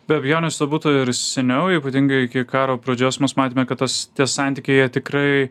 be abejonės to būta ir seniau ypatingai iki karo pradžios mes matėme kad tas tie santykiai tikrai